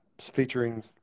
featuring